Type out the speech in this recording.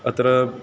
अत्र